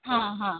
हाँ हाँ